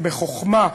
בחוכמה,